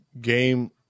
game